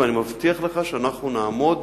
ואני מבטיח לך שאנחנו נעמוד